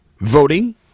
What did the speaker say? voting